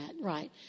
Right